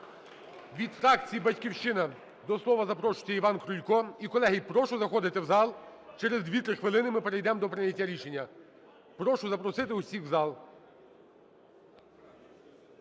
Від фракції "Батьківщина" до слова запрошується Іван Крулько. І, колеги, прошу заходити в зал. Через 2-3 хвилини ми перейдемо до прийняття рішення. Прошу запросити всіх у зал.